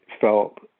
felt